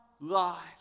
life